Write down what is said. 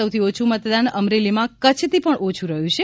સૌથી ઓછું મતદાન અમરેલીમાં કચ્છથી પણ ઓછું રહ્યું છે